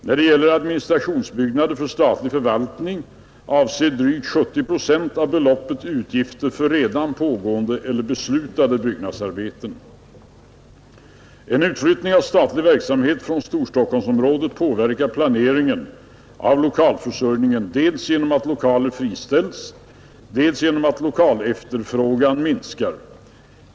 När det gäller administrationsbyggnader för statlig förvaltning avser drygt 70 procent av beloppet utgifter för redan pågående eller beslutade byggnadsarbeten. En utflyttning av statlig verksamhet från Storstockholmsområdet påverkar planeringen av lokalförsörjningen dels genom att lokaler friställs, dels genom att lokalefterfrågan minskar.